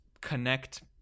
connect